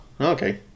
okay